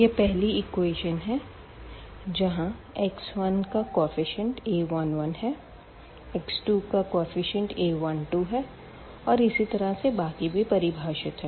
यह पहली इक्वेशन है जहाँ x1का केफीसिएंट a11है x2का केफीसिएंट a12है और इसी तरह से बाकी भी परिभाषित है